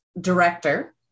director